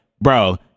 bro